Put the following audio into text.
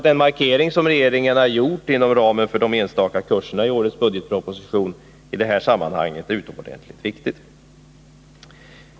Den markering som regeringen har gjort i årets budgetproposition inom ramen för de enstaka kurserna är i detta sammanhang utomordentligt viktig.